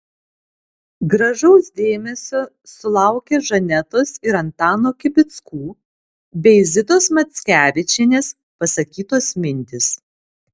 gražaus dėmesio sulaukė žanetos ir antano kibickų bei zitos mackevičienės pasakytos mintys